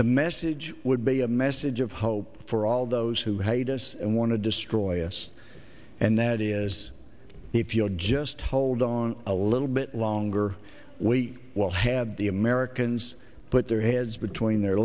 the message would be a message of hope for all those who hate us and want to destroy us and that is if you'll just hold on a little bit longer we will have the americans put their heads between their